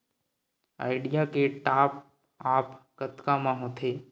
Idea के top आप कतका म होथे?